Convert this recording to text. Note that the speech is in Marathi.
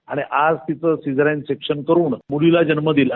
आणि आज तिचं सिझर अँड सेक्शन करून मूलीला जन्म दिला